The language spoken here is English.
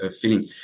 feeling